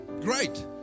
great